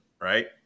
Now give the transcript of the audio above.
right